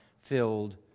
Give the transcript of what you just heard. filled